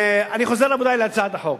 אני חוזר, רבותי, להצעת החוק.